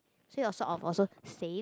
this was sort of also save